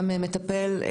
גם מטפל.